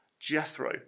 Jethro